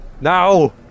Now